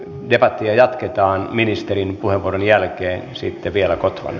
debattia jatketaan ministerin puheenvuoron jälkeen sitten vielä kotvan